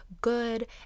good